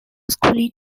schooling